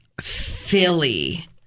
Philly